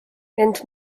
ent